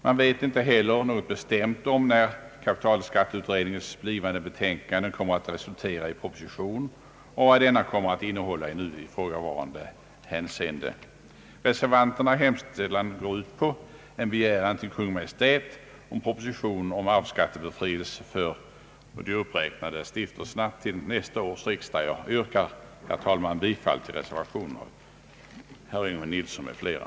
Man vet inte heller något bestämt om när kapitalskatteutredningens blivande betänkande kommer att resultera i proposition och vad denna kan komma att innehålla i nu ifrågavarande hänseende. Jag yrkar, herr talman, bifall till reservationen av herr Yngve Nilsson m.fl.